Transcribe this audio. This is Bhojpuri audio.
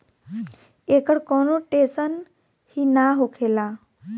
एकर कौनो टेसट ही ना होखेला